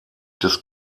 des